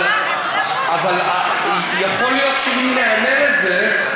אבל יכול להיות שאם ניענה לזה,